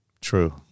true